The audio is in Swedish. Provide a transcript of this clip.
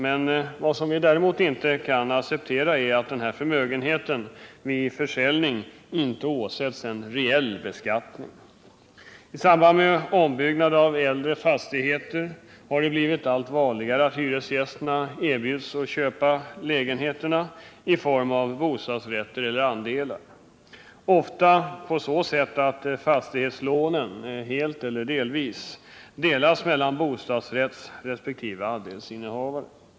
Men det vi däremot inte kan acceptera är att denna förmögenhet vid försäljning inte åsätts en reell beskattning. I samband med ombyggnad av äldre fastigheter har det blivit allt vanligare att hyresgästerna erbjuds att köpa lägenheterna i form av bostadsrätter eller andelar. Ofta går det till så att fastighetslånen, helt eller delvis, delas mellan bostadsrättsresp. andelsinnehavare.